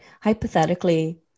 hypothetically